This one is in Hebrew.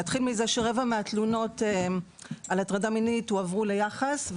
נתחיל מזה שרבע מהתלונות על הטרדה מינית הועברו ליח"ס,